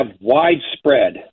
widespread